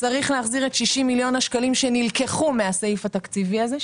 צריך להחזיר את 60 מיליון השקלים שנלקחו מהסעיף התקציבי הזה.